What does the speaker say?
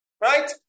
right